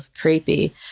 creepy